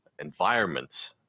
environments